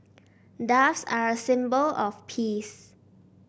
doves are a symbol of peace